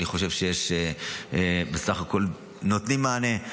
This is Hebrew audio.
אני חושב שבסך הכול נותנים מענה.